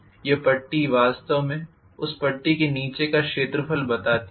यह पट्टी वास्तव में उस पट्टी के नीचे का क्षेत्रफल बताती है